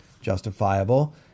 justifiable